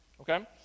Okay